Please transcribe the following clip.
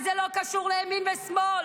וזה לא קשור לימין ושמאל.